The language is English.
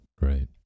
Right